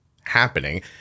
happening